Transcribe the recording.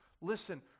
Listen